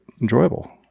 enjoyable